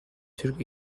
türk